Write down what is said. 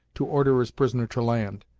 to order his prisoner to land,